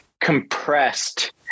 compressed